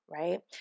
right